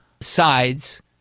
sides